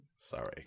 Sorry